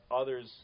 others